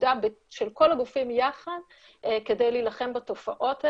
עבודה של כל הגופים יחד כדי להילחם בתופעות האלה,